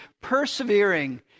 persevering